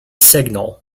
signal